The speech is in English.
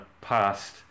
past